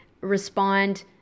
respond